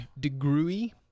DeGruy